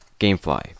Gamefly